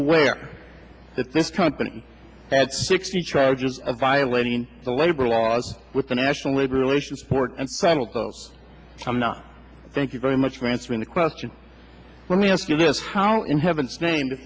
aware that this company had sixty charges of violating the labor laws with the national labor relations board and final post i'm not thank you very much for answering the question let me ask you this how in heaven's name